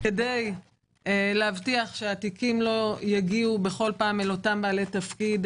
כדי להבטיח שהתיקים לא יגיעו בכל פעם לאותם בעלי תפקיד,